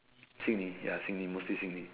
Sydney ya Sydney mostly Sydney